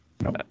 No